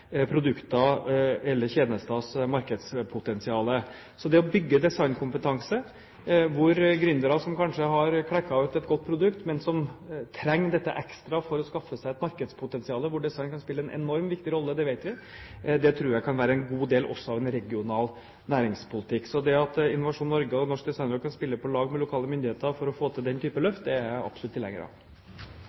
eller tjenesters markedspotensial. Så det å bygge designkompetanse, hvor gründere kanskje har klekket ut et godt produkt, men trenger dette ekstra for å skaffe seg et markedspotensial, og hvor design kan spille en enormt viktig rolle – det vet vi – tror jeg også kan være god regional næringspolitikk. At Innovasjon Norge og Norsk Designråd kan spille på lag med lokale myndigheter for å få til den type løft, er jeg absolutt tilhenger av.